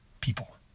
people